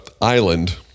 island